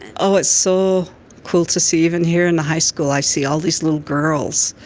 oh, it's so cool to see, even here in the high school i see all these little girls.